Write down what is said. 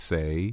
Say